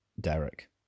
Derek